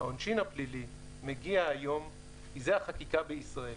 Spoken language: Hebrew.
העונשין הפלילי מגיע היום, זה החקיקה בישראל.